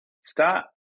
start